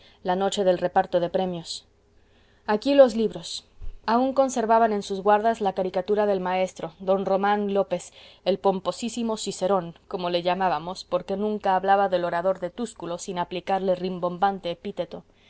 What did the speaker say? la noche del reparto de premios abrí los libros aun conservaban en sus guardas la caricatura del maestro don román lópez el pomposísimo cicerón como le llamábamos porque nunca hablaba del orador de túsculo sin aplicarle rimbombante epíteto